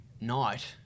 night